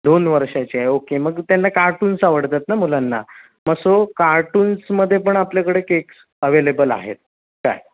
दोन वर्षाची आहे ओके मग त्यांना कार्टून्स आवडतात ना मुलांना मग सो कार्टून्समध्ये पण आपल्याकडे केक्स अवेलेबल आहेत काय